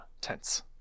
tense